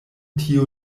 tio